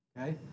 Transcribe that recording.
okay